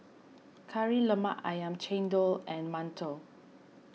Kari Lemak Ayam Chendol and Mantou